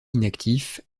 inactif